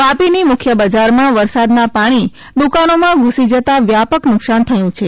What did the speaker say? વાપીની મુખ્ય બજારમાં વરસાદના પાણી દુકાનોમાં ધુસી જતા વ્યાપક નુકસાન થયું છે